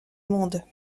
monde